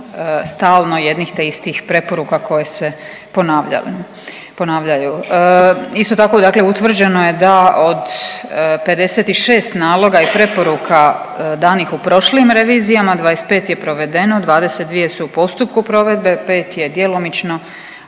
stalno jednih te istih preporuka koje se ponavljaju. Isto tako, dakle utvrđeno je da od 56 naloga i preporuka danih u prošlim revizijama 25 je provedeno, 22 su u postupku provedbe, 5 je djelomično